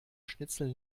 schnitzel